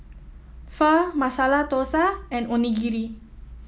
Pho Masala Dosa and Onigiri